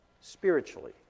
spiritually